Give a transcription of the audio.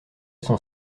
son